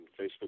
Facebook